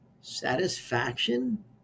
satisfaction